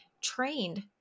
trained